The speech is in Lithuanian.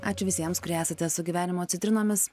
ačiū visiems kurie esate su gyvenimo citrinomis